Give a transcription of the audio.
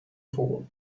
fool